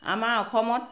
আমাৰ অসমত